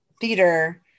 theater